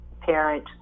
parent